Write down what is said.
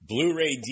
Blu-ray